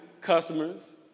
customers